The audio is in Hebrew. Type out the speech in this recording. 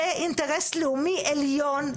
זה אינטרס לאומי עליון,